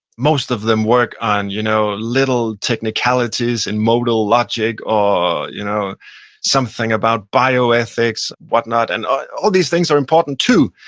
most of them work on you know little technicalities in modal logic, or you know something about bioethics and whatnot. and ah all these things are important too,